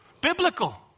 Biblical